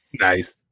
Nice